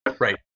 Right